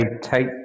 take